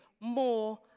more